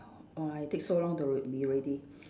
oh I take so long to be ready